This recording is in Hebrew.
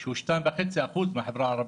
שהוא 2.5% בחברה הערבית,